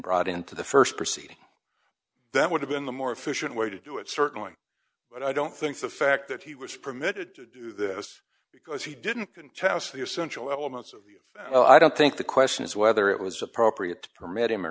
brought into the st proceeding that would have been the more efficient way to do it certainly but i don't think the fact that he was permitted to do this because he didn't cast the essential elements of you know i don't think the question is whether it was appropriate to permit him or